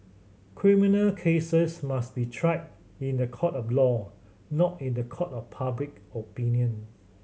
criminal cases must be tried in the court of law not in the court of public opinion